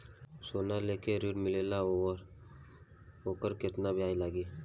सोना लेके ऋण मिलेला वोकर केतना ब्याज लागी?